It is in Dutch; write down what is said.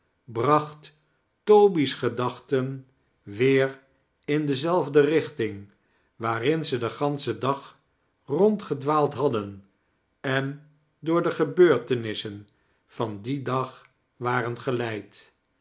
bracht toby's gedachten weer in dezelfde richting waarin ze den ganschen dag rondgedwaald hadden en door de gebeurtenissen van dien dag waren geleid